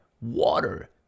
water